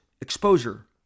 exposure